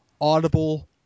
Audible